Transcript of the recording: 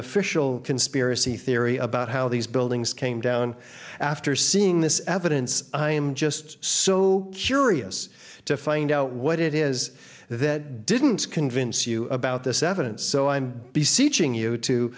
official conspiracy theory about how these buildings came down after seeing this evidence i am just so curious to find out what it is that didn't convince you about this evidence so i'm beseeching you to